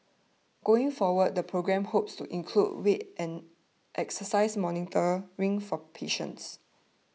going forward the programme hopes to include weight and exercise monitoring for patients